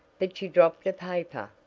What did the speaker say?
but you dropped a paper.